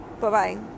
Bye-bye